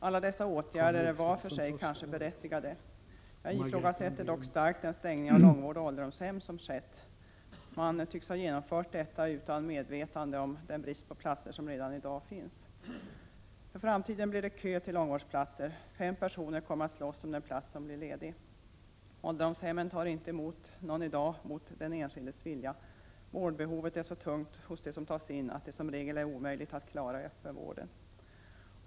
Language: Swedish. Alla dessa åtgärder är var för sig kanske berättigade. Jag ifrågasätter dock starkt den stängning av långvård och ålderdomshem som skett. Man tycks ha genomfört detta utan att vara medveten om den brist på platser som redan i dag råder. För framtiden blir det kö till långvårdsplatser — fem personer kommer att slåss om den plats som blir ledig. Ålderdomshemmen tar i dag inte emot någon mot den enskildes vilja. Vårdbehovet är så stort hos dem som tas in att det som regel är omöjligt att klara i öppenvården.